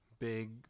big